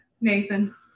Nathan